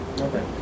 Okay